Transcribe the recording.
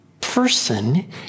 person